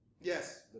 yes